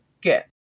get